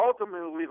ultimately